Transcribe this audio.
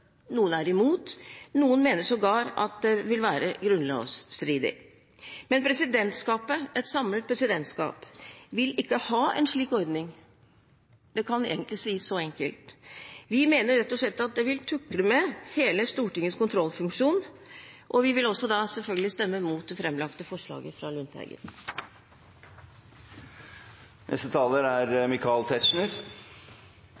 noen er imot, noen mener sågar at det vil være grunnlovsstridig. Men et samlet presidentskap vil ikke ha en slik ordning. Det kan egentlig sies så enkelt. Vi mener rett og slett at det vil være å tukle med hele Stortingets kontrollfunksjon, og vi vil da selvfølgelig stemme mot det framlagte forslaget fra representanten Lundteigen. Det er